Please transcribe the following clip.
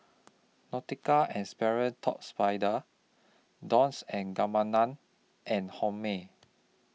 Nautica and Sperry Top Spider Dolce and Gabbana and Hormel